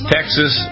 Texas